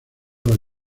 las